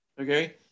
okay